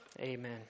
Amen